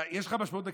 יש לך משמעות תקציבית?